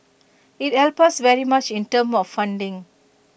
IT helps us very much in terms of funding